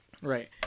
right